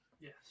Yes